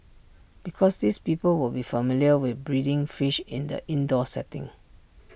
because these people will be familiar with breeding fish in the indoor setting